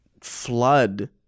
flood